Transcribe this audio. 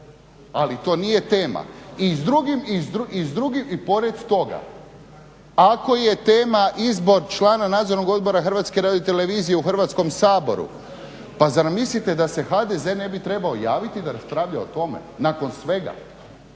Ali to nije tema. I pored toga ako je tema izbor člana Nadzornog odbora HRT-a u Hrvatskom saboru pa zar mislite da se HDZ ne bi trebao javiti da raspravlja o tome nakon svega